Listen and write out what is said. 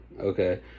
Okay